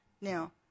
Now